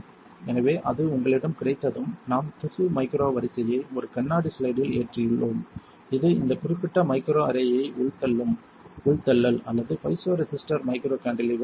எனவே அது உங்களிடம் கிடைத்ததும் நாம் திசு மைக்ரோ வரிசையை ஒரு கண்ணாடி ஸ்லைடில் ஏற்றியுள்ளோம் இது இந்த குறிப்பிட்ட மைக்ரோ அரேயை உள்தள்ளும் உள்தள்ளல் அல்லது பைசோ ரெசிஸ்டர் மைக்ரோ கான்டிலீவர் ஆகும்